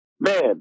man